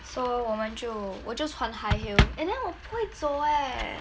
so 我们就我就穿 high heel and then 我不会走 eh